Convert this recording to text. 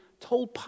told